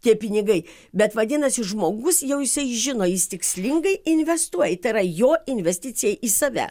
tie pinigai bet vadinasi žmogus jau jisai žino jis tikslingai investuoja tai yra jo investicija į save